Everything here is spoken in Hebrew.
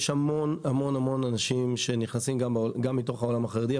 יש המון אנשים שנכנסים גם מתוך העולם החרדי,